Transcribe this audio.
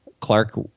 Clark